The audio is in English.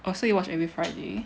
oh so you watch every Friday